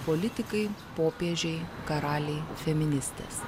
politikai popiežiai karaliai feministės